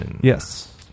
Yes